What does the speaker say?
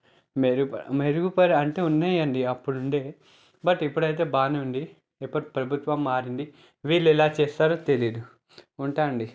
మెరుగు మెరుగుపడే అంటే ఉన్నాయండి అప్పుడు ఉండే బట్ ఇప్పుడు అయితే బానే ఉంది ఇప్పటి ప్రభుత్వం మారింది వీళ్ళు ఎలా చేస్తారో తెలియదు ఉంటాను అండి